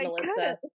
Melissa